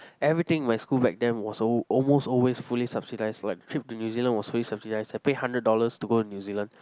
everything my school back then was al~ almost always fully subsidized like the trip to New Zealand was fully subsidized I pay hundred dollars to go to New Zealand